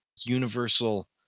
universal